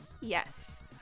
Yes